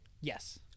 Yes